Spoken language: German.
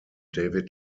david